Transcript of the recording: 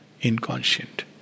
inconscient